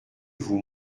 vous